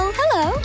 hello